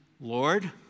Lord